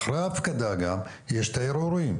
גם אחרי ההפקדה יש את הערעורים,